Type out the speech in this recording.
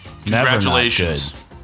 Congratulations